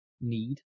need